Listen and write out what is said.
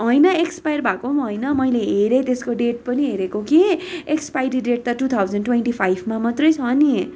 होइन एक्सपाएर भएको पनि होइन मैले हेरेँ त्यसको डेट पनि हेरेको कि एक्सपाइरी डेट त टु थाउजन ट्वेन्टी फाइभमा मात्रै छ नि